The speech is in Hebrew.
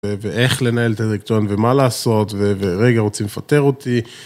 ואיך לנהל את הדירקטוריון ומה לעשות ורגע רוצים לפטר אותי.